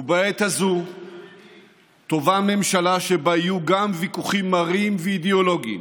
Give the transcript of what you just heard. בעת הזאת טובה ממשלה שבה יהיו ויכוחים מרים ואידיאולוגיים